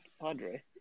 Padre